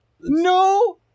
No